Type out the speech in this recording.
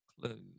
clues